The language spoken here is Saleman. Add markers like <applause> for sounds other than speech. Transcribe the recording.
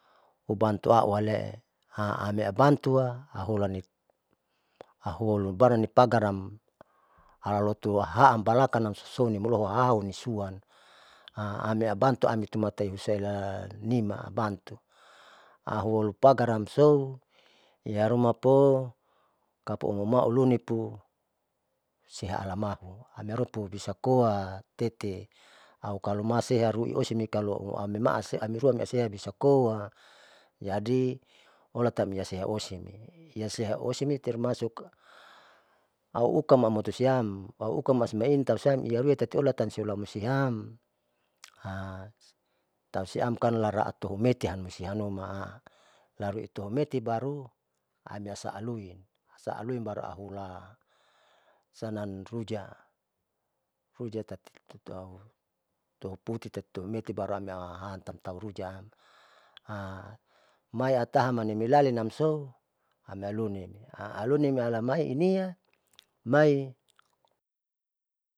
Labantua auhulani auhobaranipagar namalahotoam balakanam susou auniuan <hesitation> ami abantuam ini mataihusa elanima bantu auholu pagar amsou iharuma po kapoinimau luni sihalamau amiharuma pubisakoa tete, au kaloma esaruin osi ukalomemasa amiruan asebisakoa jadi olatam iaosimi iyasea osimi termasuk auukam amotosiam, auukam masieneitausiam iaruitau oalatam iaymustisiam <hesitation> tausiam kanla raatuhumetiam amoisiamnuma <hesitation> laruitulumeti baru amiasaaluin, saaluin baruahula sanan rujak rujak tati tutuau tuhuputi tahu tuhumeti rame ahantam tahu rujaam <hesitation> maiatahan manimilali amso amialuniale ahaluni alamai inian <noise> mai.